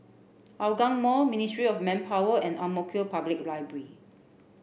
Hougang Mall Ministry of Manpower and Ang Mo Kio Public Library